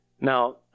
now